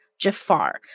Jafar